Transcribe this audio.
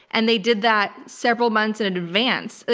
and they did that several months in advance.